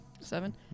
Seven